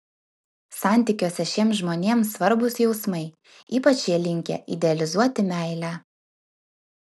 santykiuose šiems žmonėms svarbūs jausmai ypač jie linkę idealizuoti meilę